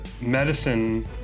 medicine